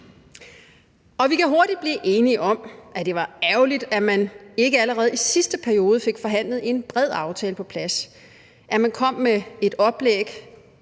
Vi kan hurtigt blive enige om, at det var ærgerligt, at man ikke allerede i sidste periode fik forhandlet en bred aftale på plads, og at man kom med et oplæg